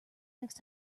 next